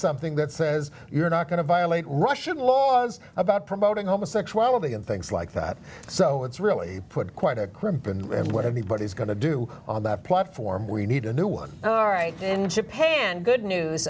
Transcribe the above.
something that says you're not going to violate russian laws about promoting homosexuality and things like that so it's really put quite a crimp in what everybody's going to do on that platform we need a new one all right in japan good news